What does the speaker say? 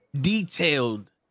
detailed